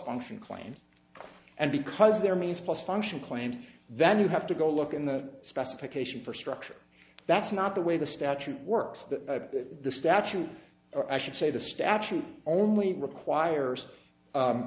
function claims and because their means plus function claims then you have to go look in the specification for structure that's not the way the statute works that the statute or i should say the statute only requires